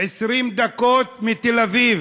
20 דקות מתל אביב.